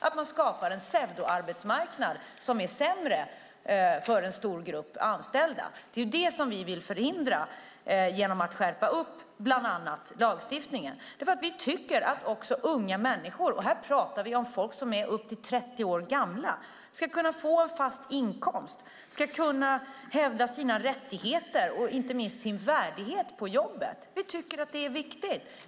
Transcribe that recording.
Det skapar en pseudoarbetsmarknad som är sämre för en stor grupp anställda. Det är det som vi vill förhindra genom att skärpa bland annat lagstiftningen. Vi tycker att också unga människor, och här pratar vi om folk som är upp till 30 år gamla, ska kunna få en fast inkomst, ska kunna hävda sina rättigheter och inte minst sin värdighet på jobbet. Vi tycker att det är viktigt.